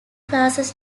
classes